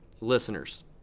Listeners